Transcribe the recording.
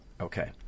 okay